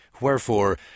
Wherefore